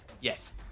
Yes